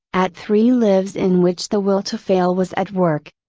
at three lives in which the will to fail was at work.